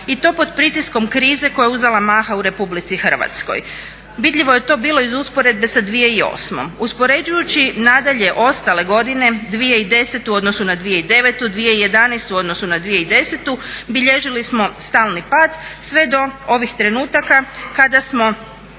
i to pod pritiskom krize koja je uzela maha u RH. Vidljivo je to bilo iz usporedbe sa 2008., uspoređujući nadalje ostale godine 2010. u odnosu na 2009., 2011. u odnosu na 2010. bilježili smo stalni pad sve do ovih trenutaka kada smo